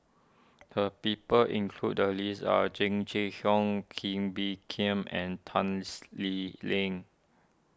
the people included list are Jing Jun Hong Kee Bee Khim and Tans Lee Leng